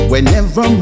Whenever